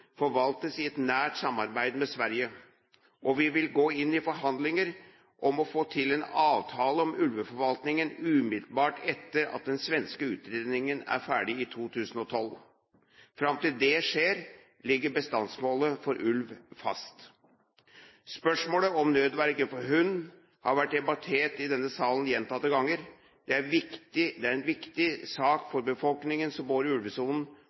forvaltes i et nært samarbeid med Sverige, og vi vil gå inn i forhandlinger om å få til en avtale om ulveforvaltningen umiddelbart etter at den svenske utredningen er ferdig, i 2012. Fram til det skjer, ligger bestandsmålet for ulv fast. Spørsmålet om nødverge for hund har vært debattert i denne salen gjentatte ganger. Det er en viktig sak for befolkningen som bor i ulvesonen,